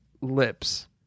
lips